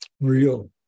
real